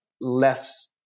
less